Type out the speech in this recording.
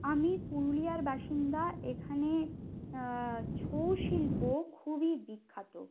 আমি পুরুলিয়ার বাসিন্দা এখানে ছৌ শিল্প খুবই বিখ্যাত